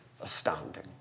astounding